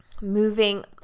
moving